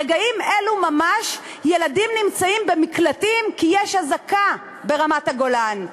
ברגעים אלו ממש ילדים נמצאים במקלטים כי יש אזעקה ברמת-הגולן.